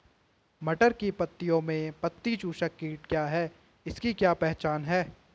मटर की पत्तियों में पत्ती चूसक कीट क्या है इसकी क्या पहचान है?